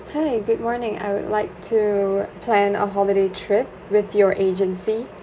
hi good morning I would like to plan a holiday trip with your agency